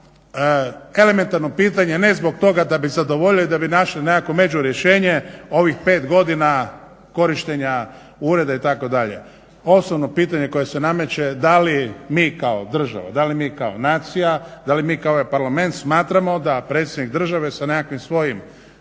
elementarno pitanje, ne zbog toga da bi zadovoljili i da bi našli nekakvo međurješenje ovih 5 godina korištenja ureda itd. Osnovno pitanje koje se nameće da li mi kao država, da li mi kao nacija, da li mi kao ovaj Parlament smatramo da predsjednik države sa nekakvim svojim